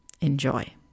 Enjoy